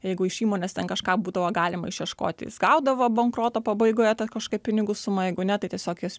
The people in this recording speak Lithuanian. jeigu iš įmonės ten kažką būdavo galima išieškoti jis gaudavo bankroto pabaigoje ta kažkokia pinigų suma jeigu ne tai tiesiog jis